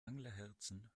anglerherzen